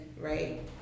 right